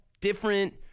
different